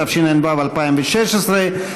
התשע"ו 2016,